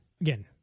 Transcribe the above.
again